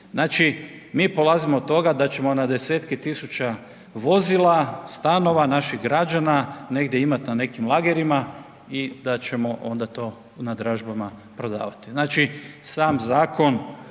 Znači mi polazimo od toga da ćemo na 10.000 vozila, stanova naših građana negdje imati na nekim lagerima i da ćemo onda to na dražbama prodavati. Znači sam zakon